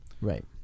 Right